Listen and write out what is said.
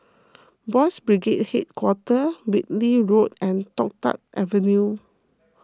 Boys' Brigade Hit Quarter Whitley Road and Toh Tuck Avenue